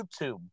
YouTube